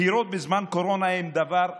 בחירות בזמן קורונה הן דבר רע,